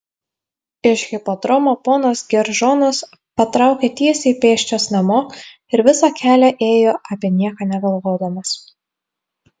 iš hipodromo ponas geržonas patraukė tiesiai pėsčias namo ir visą kelią ėjo apie nieką negalvodamas